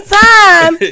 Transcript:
time